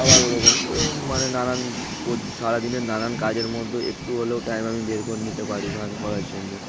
আবার ওরকম ওরকম মানে নানান সারাদিনের নানান কাজের মধ্যে একটু হলেও টাইম আমি বের করে নিতে পারি গান করার জন্য